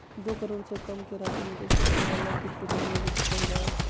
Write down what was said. दो करोड़ से कम के राशि निवेश करे वाला के खुदरा निवेशक कहल जा हइ